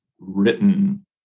written